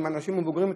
עם אנשים מבוגרים יותר,